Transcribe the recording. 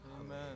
Amen